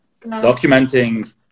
documenting